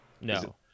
No